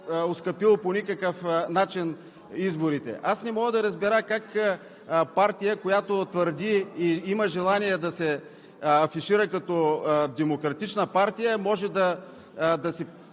оскъпило по никакъв начин изборите. Аз не мога да разбера как партия, която твърди и има желание да се афишира като демократична партия, може да си